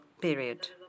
period